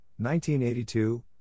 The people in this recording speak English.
1982